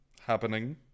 happening